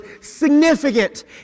significant